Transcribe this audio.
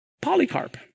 Polycarp